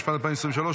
התשפ"ד 2023,